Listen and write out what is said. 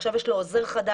שעכשיו יש לו עוזר חדש.